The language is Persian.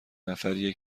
نفریه